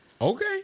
Okay